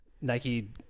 Nike